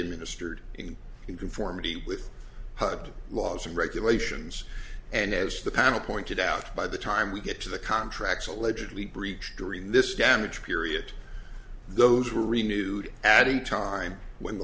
administered in conformity with laws and regulations and as the panel pointed out by the time we get to the contracts allegedly breached during this damage period those are renewed adding time when the